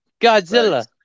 Godzilla